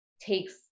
takes